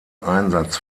einsatz